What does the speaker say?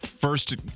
first